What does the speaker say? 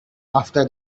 after